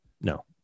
no